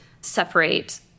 separate